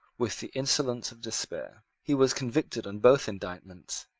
with the insolence of despair. he was convicted on both indictments.